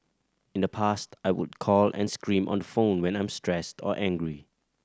in the past I would call and scream on the phone when I'm stressed or angry